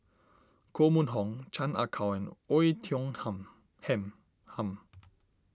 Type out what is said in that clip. Koh Mun Hong Chan Ah Kow and Oei Tiong Ham Hen Ham